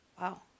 Wow